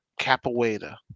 Capoeira